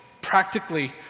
practically